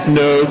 no